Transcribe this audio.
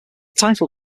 title